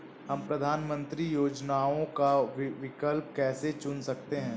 हम प्रधानमंत्री योजनाओं का विकल्प कैसे चुन सकते हैं?